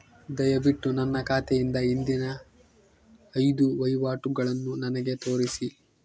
ದಯವಿಟ್ಟು ನನ್ನ ಖಾತೆಯಿಂದ ಹಿಂದಿನ ಐದು ವಹಿವಾಟುಗಳನ್ನು ನನಗೆ ತೋರಿಸಿ